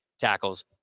tackles